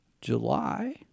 July